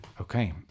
Okay